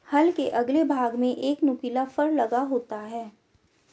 हल के अगले भाग में एक नुकीला फर लगा होता है